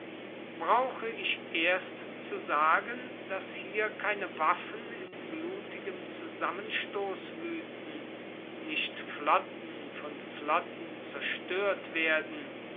brauche ich erst zu sagen daß hier keine waffen in blutigem zusammenstoß wüthen nicht flotten von flotten zerstört werden